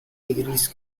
degrees